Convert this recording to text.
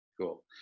cool